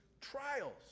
trials